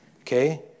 Okay